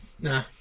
Nah